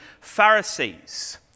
Pharisees